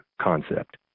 concept